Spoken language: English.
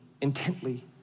intently